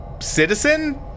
Citizen